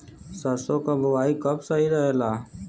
सरसों क बुवाई कब सही रहेला?